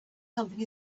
something